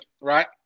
right